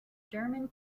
german